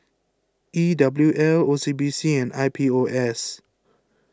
E W L O C B C and I P O S